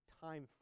time